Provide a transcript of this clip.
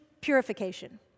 purification